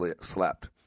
slept